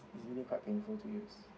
usually quite painful to use